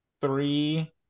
three